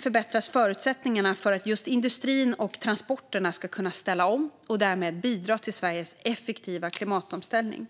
förbättras förutsättningarna för att industrin och transporterna ska kunna ställas om och därmed bidra till Sveriges effektiva klimatomställning.